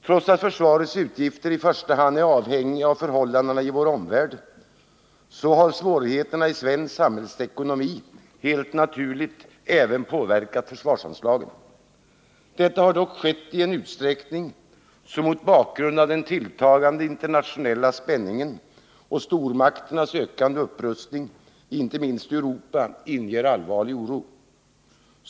Trots att försvarets utgifter i första hand är avhängiga av förhållandena i vår omvärld, så har svårigheterna i svensk samhällsekonomi helt naturligt även påverkat försvarsanslagen. Detta har dock skett i en utsträckning som mot bakgrund av den tilltagande internationella spänningen och stormakternas ökande upprustning, inte minst i Europa, inger allvarlig oro.